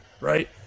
right